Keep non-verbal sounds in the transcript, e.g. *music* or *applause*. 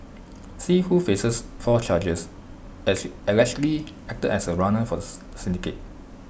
see who faces four charges *unintelligible* allegedly acted as A runner for the syndicate